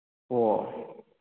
ꯑꯣ